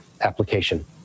application